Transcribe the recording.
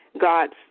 God's